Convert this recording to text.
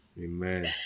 Amen